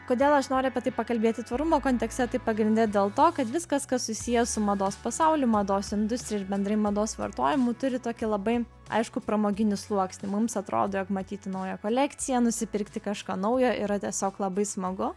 kodėl aš noriu apie tai pakalbėti tvarumo kontekste tai pagrinde dėl to kad viskas kas susiję su mados pasauliu mados industrija ir bendrai mados vartojimu turi tokį labai aiškų pramoginį sluoksnį mums atrodo jog matyti naują kolekciją nusipirkti kažką naujo yra tiesiog labai smagu